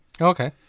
Okay